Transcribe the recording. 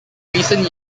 recent